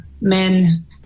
men